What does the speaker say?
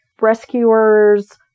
rescuers